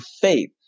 faith